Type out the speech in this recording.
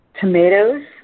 tomatoes